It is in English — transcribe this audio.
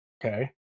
okay